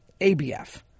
ABF